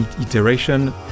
iteration